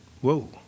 whoa